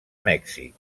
mèxic